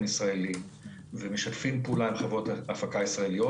ישראלי ומשתפים פעולה עם חברות הפקה ישראליות.